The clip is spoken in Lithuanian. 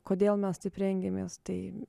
kodėl mes taip rengiamės tai